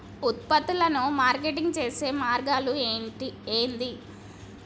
ఉత్పత్తులను మార్కెటింగ్ చేసే మార్గాలు ఏంది?